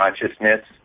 Consciousness